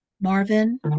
Marvin